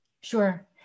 Sure